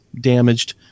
damaged